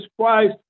Christ